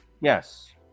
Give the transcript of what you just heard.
yes